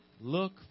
Look